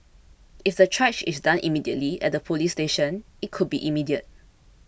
if the triage is done immediately at the police station it could be immediate